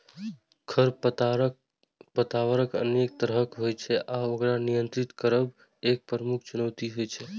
खरपतवार अनेक तरहक होइ छै आ ओकर नियंत्रित करब एक प्रमुख चुनौती होइ छै